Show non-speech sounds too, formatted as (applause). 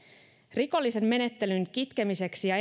rikollisen menettelyn kitkemiseksi ja (unintelligible)